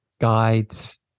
guides